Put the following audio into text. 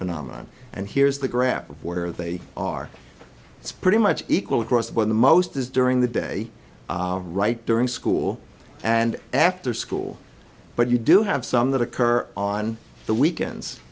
phenomenon and here's the graph of where they are it's pretty much equal across the board the most is during the day right during school and after school but you do have some that occur on the weekends